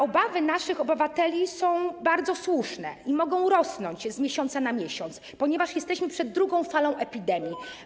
Obawy naszych obywateli są bardzo słuszne i mogą rosnąć z miesiąca na miesiąc, ponieważ jesteśmy przed drugą falą epidemii.